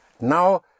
now